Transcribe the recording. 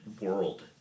world